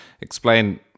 explain